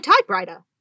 typewriter